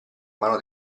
mano